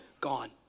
gone